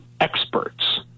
experts